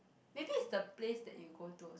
maybe it's the place that you go to